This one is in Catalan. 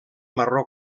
marró